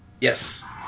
Yes